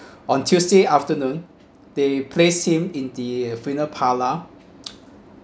on tuesday afternoon they placed him in the funeral parlour